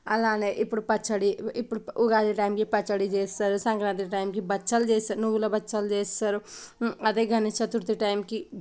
అలానే ఇప్పుడు పచ్చడి ఇప్పుడు ఉగాది టైమ్కి పచ్చడి చేస్తారు సంక్రాంతి టైమ్కి బచ్చాలు చేస్తారు నువ్వుల బచ్చాలు చేస్తారు అదే గణేష్ చతుర్థి టైమ్కి